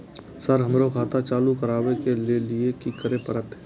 Sir हमरो खाता चालू करबाबे के ली ये की करें परते?